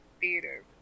theater